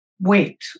wait